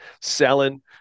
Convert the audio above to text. selling